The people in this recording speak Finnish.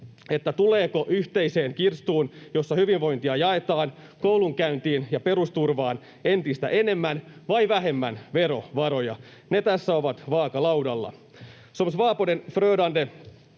tuleeko yhteiseen kirstuun, josta hyvinvointia jaetaan koulunkäyntiin ja perusturvaan, entistä enemmän vai vähemmän verovaroja. Ne tässä ovat vaakalaudalla.